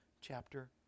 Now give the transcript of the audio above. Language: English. chapter